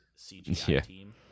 CGI-team